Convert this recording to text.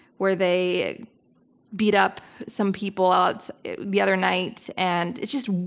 where they beat up some people out the other night and it's just,